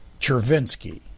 Chervinsky